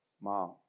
Mom